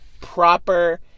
proper